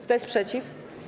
Kto jest przeciw?